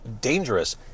dangerous